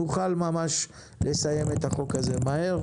נוכל ממש לסיים את החוק הזה מהר.